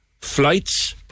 flights